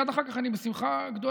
מייד אחר כך אני בשמחה גדולה,